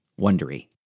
Wondery